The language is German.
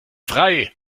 frei